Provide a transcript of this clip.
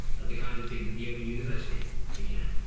the kind of thing that the open university began.